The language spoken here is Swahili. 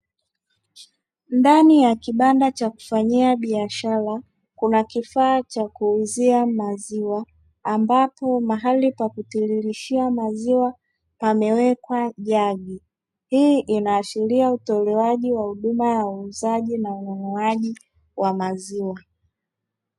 Ndani ya kibanda cha kufanyia biashara kuna kifaa cha kuuzia maziwa, ambapo mahala pa kutiririshia maziwa pamewekwa jagi, hii inaashiria utoalewaji wa huduma ya uuzaji na ununuaji wa maziwa.